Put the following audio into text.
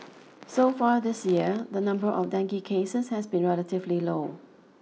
so far this year the number of dengue cases has been relatively low